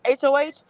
HOH